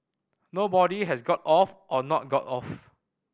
nobody has got off or not got off